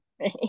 right